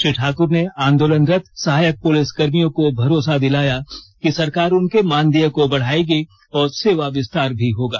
श्री ठाक्र ने आंदोलनरत सहायक पुलिसकर्मियों को भरोसा दिलाया कि सरकार उनके मानदेय को बढ़ाएगी और सेवा विस्तार भी होगा